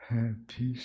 Happy